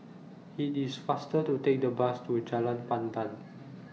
IT IS faster to Take The Bus to Jalan Pandan